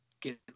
get